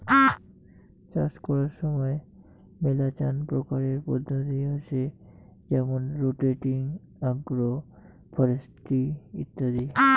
চাষ করার সময় মেলাচান প্রকারের পদ্ধতি হসে যেমন রোটেটিং, আগ্রো ফরেস্ট্রি ইত্যাদি